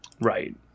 Right